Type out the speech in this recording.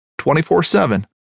24-7